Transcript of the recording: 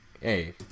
Hey